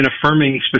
affirming